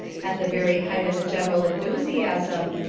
at the very height of the general enthusiasm,